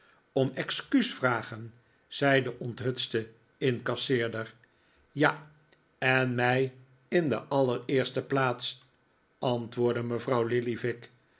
om excuus vragen zei de onthutste incasseerder ja eh mij in de allereerste'plaats antwoordde mevrouw lillyvick